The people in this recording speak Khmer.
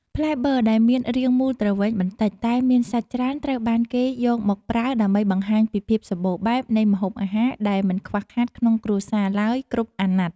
ផ្លែប័រដែលមានរាងមូលទ្រវែងបន្តិចតែមានសាច់ច្រើនត្រូវបានគេយកមកប្រើដើម្បីបង្ហាញពីភាពសម្បូរបែបនៃម្ហូបអាហារដែលមិនខ្វះខាតក្នុងគ្រួសារឡើយគ្រប់អាណត្តិ។